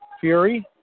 Fury